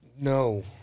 No